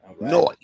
Noise